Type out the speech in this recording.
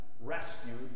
rescued